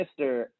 mr